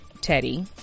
Teddy